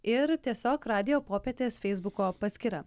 ir tiesiog radijo popietės feisbuko paskyra